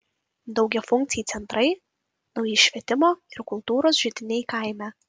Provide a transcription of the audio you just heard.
daugiafunkciai centrai nauji švietimo ir kultūros židiniai kaime